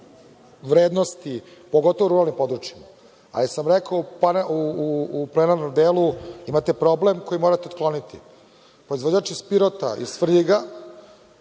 vrednosti, pogotovo ruralnih područja. Ali, rekao sam u plenarnom delu, vi imate problem koji morate otkloniti. Proizvođač iz Pirota, iz Svrljiga,